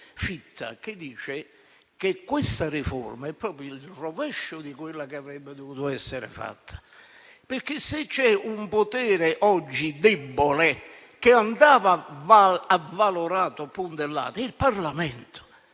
che dice che questa riforma è proprio il rovescio di quella che avrebbe dovuto essere fatta, perché se oggi c'è un potere debole che andava avvalorato e puntellato è quello del Parlamento.